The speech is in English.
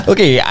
Okay